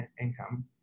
income